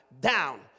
down